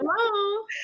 hello